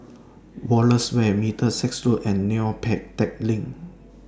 Wallace Way Middlesex Road and Neo Pee Teck Lane